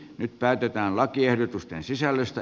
nyt päätetään lakiehdotusten sisällöstä